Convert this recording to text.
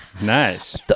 Nice